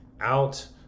out